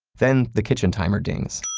then, the kitchen timer dings.